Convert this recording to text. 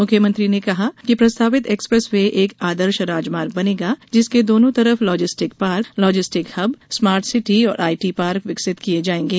मुख्यमंत्री ने कहा कि प्रस्तावित एक्सप्रेस वे एक आदर्श राजमार्ग बनेगा जिसके दोनों तरफ logistic park logistic hub smart city और आईटी पार्क विकसित किये जायेंगे